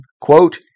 quote